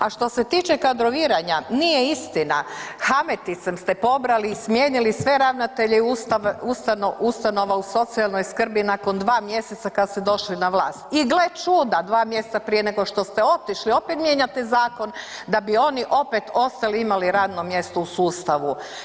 A što se tiče kadroviranja, nije istina hameticom ste pobrali i smijenili sve ravnatelje ustanova u socijalnoj skrbi nakon 2 mjeseca kad ste došli na vlast i gle čuda 2 mjeseca prije nego što ste otišli opet mijenjate zakon da bi oni opet ostali i imali radno mjesto u sustavu.